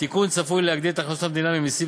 התיקון צפוי להגדיל את הכנסות המדינה ממסים